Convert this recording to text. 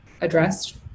addressed